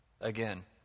again